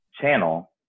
channel